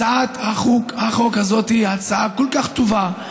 הצעת החוק הזאת היא הצעה כל כך טובה,